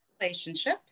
relationship